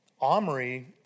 Omri